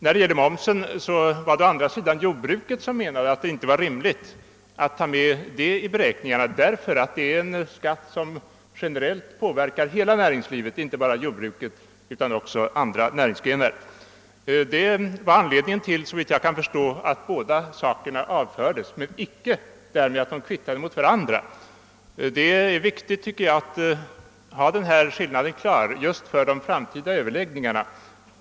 När det gäller momsen var det jordbrukarna som menade att det inte var rimligt att ta denna med i beräkningarna därför att det är en skatt som generellt påverkar hela näringslivet och alltså inte bara jordbruket. Detta var, såvitt jag förstår, anledningen till att båda frågorna avfördes, och det innebar inte att de olika skatterna kvittades mot varandra. Enligt min mening är det viktigt att ha denna skillnad klar för sig inför de framtida prisförhandlingarna.